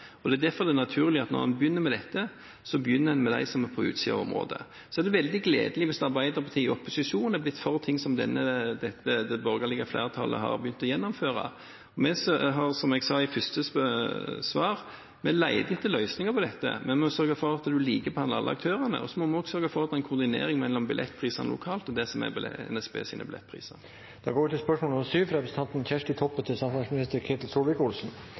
Det er derfor det er naturlig at når en begynner med dette, begynner en med dem som er på utsiden av området. Det er veldig gledelig hvis Arbeiderpartiet i opposisjon har blitt for ting som det borgerlige flertallet har begynt å gjennomføre. Som jeg sa i det første svaret, leter vi etter løsninger på dette, men vi må sørge for at vi likebehandler alle aktørene, og vi må også sørge for en koordinering mellom billettprisene lokalt og NSBs billettpriser. «På oppdrag frå Finansdepartementet og Samferdselsdepartementet er det gjennomført ekstern kvalitetssikring av konseptvalutreiing for logistikknutepunkt i Bergensregionen. Hensikta med oppdraget er